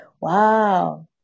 Wow